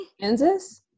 kansas